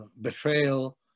betrayal